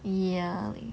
ya